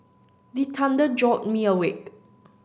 the thunder jolt me awake